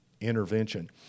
intervention